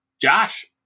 Josh